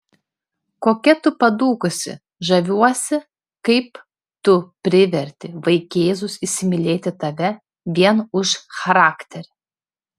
kokia tu padūkusi žaviuosi kaip tu priverti vaikėzus įsimylėti tave vien už charakterį